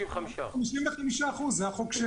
55%. 55%. זה החוק,